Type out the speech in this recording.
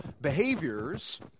behaviors